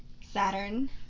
Saturn